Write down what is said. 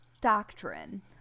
doctrine